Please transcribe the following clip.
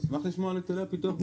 נשמח לשמוע על היטלי הפיתוח.